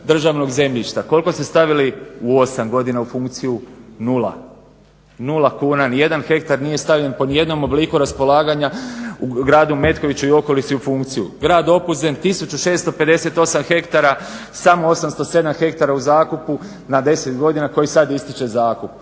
državnog zemljišta. Koliko ste stavili u osam godina u funkciju? Nula. Nula kuna, nijedan hektar nije stavljen po nijednom obliku raspolaganja u gradu Metkoviću i okolici u funkciju. Grad Opuzen 1658 hektara, samo 807 hektara u zakupu na 10 godina koji sad ističe zakup.